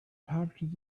packed